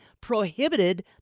prohibited